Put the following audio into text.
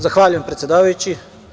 Zahvaljujem predsedavajući.